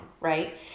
right